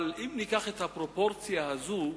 אבל אם ניקח את הפרופורציה הזאת,